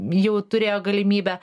jau turėjo galimybę